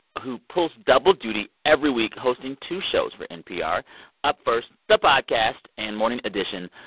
who pulls double duty every week hosting two shows for npr up first the podcast and morning edition,